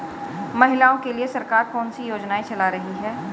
महिलाओं के लिए सरकार कौन सी योजनाएं चला रही है?